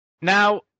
Now